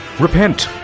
repent!